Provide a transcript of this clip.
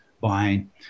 buying